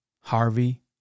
Harvey